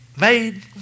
made